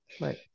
Right